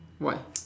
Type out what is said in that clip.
what